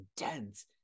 intense